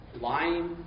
lying